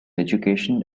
education